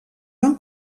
van